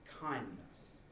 Kindness